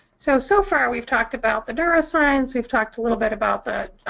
so, so far we've talked about the neuroscience, we've talked a little bit about the